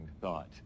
thought